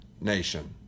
nation